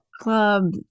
club